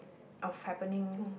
of happening